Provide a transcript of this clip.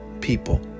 people